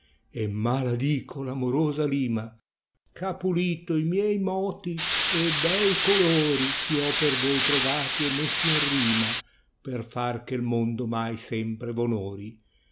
fuori maladico v amorosa lima ch ha pulito i miei moti e bei colori ch io ho per voi trovati e messi in rima per far che il mondo mai sempre